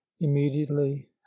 Immediately